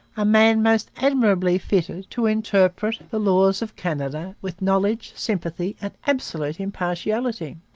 a man most admirably fitted to interpret the laws of canada with knowledge, sympathy, and absolute impartiality.